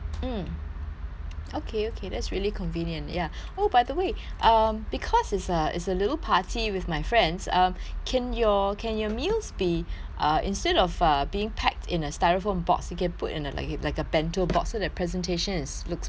okay okay that's really convenient ya oh by the way um because it's a it's a little party with my friends um can your can your meals be uh instead of uh being packed in a styrofoam box you can put in a like a like a bento box so the presentation is looks better